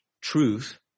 truth